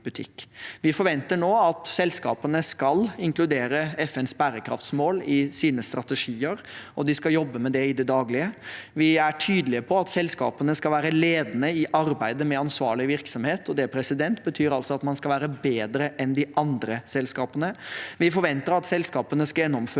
Vi forventer nå at selskapene skal inkludere FNs bærekraftsmål i sine strategier, og de skal jobbe med det i det daglige. Vi er tydelige på at selskapene skal være ledende i arbeidet med ansvarlig virksomhet, og det betyr altså at man skal være bedre enn de andre selskapene. Vi forventer at selskapene skal gjennomføre